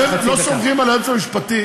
אתם לא סומכים על היועץ המשפטי?